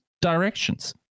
directions